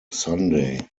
sunday